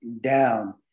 down